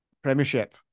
Premiership